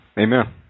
Amen